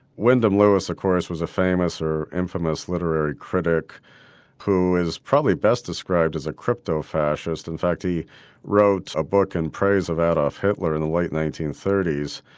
wyndham lewis of course was a famous or infamous literary critic who is probably best described as a crypto-fascist. in fact he wrote a book in praise of adolf hitler in the late nineteen thirty s.